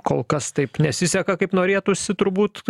kol kas taip nesiseka kaip norėtųsi turbūt